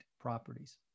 properties